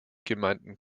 gemeinden